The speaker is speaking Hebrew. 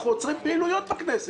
אנחנו עוצרים פעילויות בכנסת,